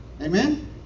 Amen